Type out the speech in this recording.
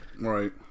Right